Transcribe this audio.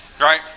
right